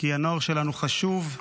הנוער שלנו חשוב,